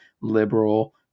liberal